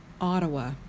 Ottawa